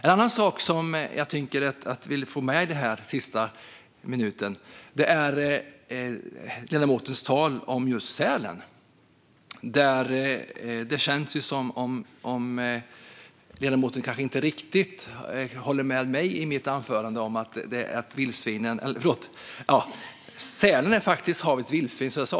En annan sak som jag vill få med under den sista minuten av min talartid är ledamotens tal om just sälen. Det känns som att ledamoten kanske inte riktigt håller med mig i mitt anförande om att sälen är havets vildsvin.